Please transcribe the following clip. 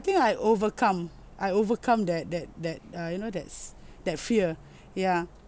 I think I overcome I overcome that that that uh you know that's that fear yeah